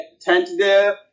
tentative